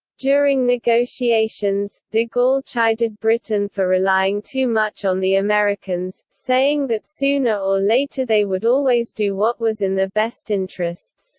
during negotiations, de gaulle chided britain for relying too much on the americans, saying that sooner or later they would always do what was in their best interests